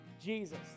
Jesus